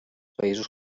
països